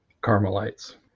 Carmelites